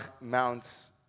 mounts